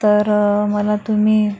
तर मला तुम्ही